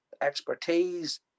expertise